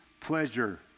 pleasure